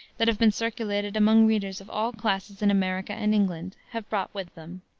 that have been circulated among readers of all classes in america and england, have brought with them.